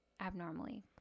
abnormally